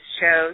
shows